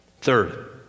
Third